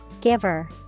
Giver